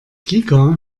kika